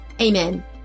Amen